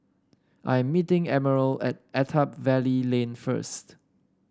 I am meeting Emerald at Attap Valley Lane first